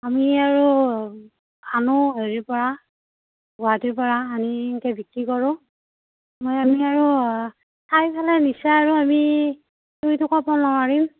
আমি আৰু আনো হেৰিৰ পৰা গুৱাহাটীৰ পৰা আনি এনেকে বিক্ৰী কৰোঁ মই আমি আৰু খাই পেলাই নিচা আৰু আমি ক'ব নোৱাৰিম